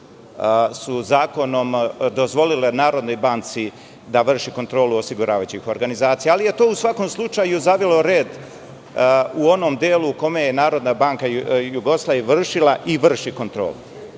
su zakonom dozvolile NB da vrši kontrolu osiguravajućih organizacija, ali je to u svakom slučaju zavelo red u onom delu u kome je NBJ vršila i vrši kontrolu. Na